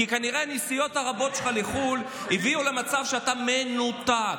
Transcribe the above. כי כנראה הנסיעות הרבות שלך לחו"ל הביאו למצב שאתה מנותק.